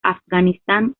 afganistán